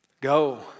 go